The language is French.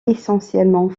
essentiellement